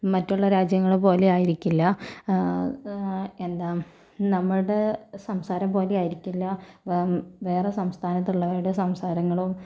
മറ്റൊള്ള രാജ്യങ്ങള് പോലെ ആയിരിക്കില്ല എന്താ നമ്മുടെ സംസാരം പോലെ ആയിരിക്കില്ല വെ വേറെ സംസ്ഥാനത്തുള്ളവരുടെ സംസാരങ്ങളും